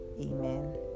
Amen